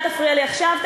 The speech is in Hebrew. אל תפריע לי עכשיו.